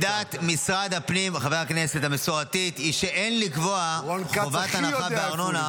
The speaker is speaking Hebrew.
עמדת משרד הפנים המסורתית היא שאין לקבוע חובת הנחה בארנונה.